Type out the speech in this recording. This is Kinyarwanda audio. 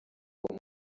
uwo